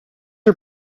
are